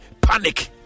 panic